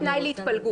כי זה התנאי להתפלגות.